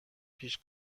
پیش